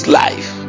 life